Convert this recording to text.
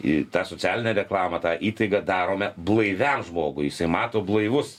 į tą socialinę reklamą tą įtaigą darome blaiviam žmogui jisai mato blaivus